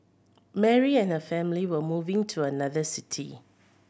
Mary and her family were moving to another city